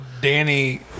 Danny